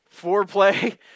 foreplay